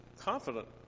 confident